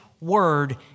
word